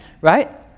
right